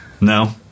no